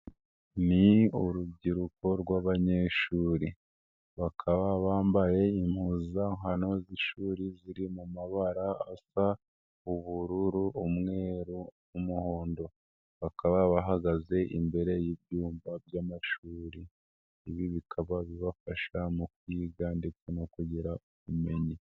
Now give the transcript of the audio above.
Ni urubyiruko rw'abanyeshuri , bakaba bambaye impuzankano z'ishuri ziri mu mabara asa; ubururu, umweru, umuhondo, bakaba bahagaze imbere y'ibyumba by'amashuri, ibi bikaba bibafasha mu kwiga ndetse no kugira ubumenyi.